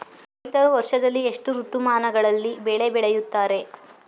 ರೈತರು ವರ್ಷದಲ್ಲಿ ಎಷ್ಟು ಋತುಮಾನಗಳಲ್ಲಿ ಬೆಳೆ ಬೆಳೆಯುತ್ತಾರೆ?